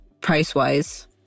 price-wise